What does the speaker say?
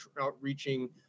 outreaching